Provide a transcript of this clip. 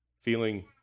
feeling